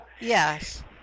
Yes